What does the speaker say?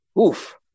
Oof